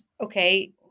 Okay